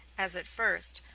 as at first,